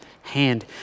hand